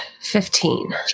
fifteen